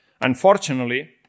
Unfortunately